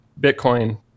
Bitcoin